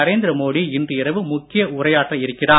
நரேந்திர மோடி இன்று இரவு முக்கிய உரையாற்ற இருக்கிறார்